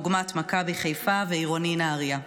דוגמת מכבי חיפה ועירוני נהריה.